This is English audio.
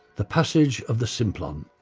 the passage of the simplon.